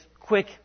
quick